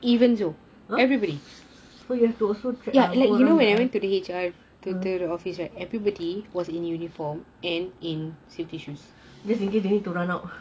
!huh! you have to also track just in case they need to run out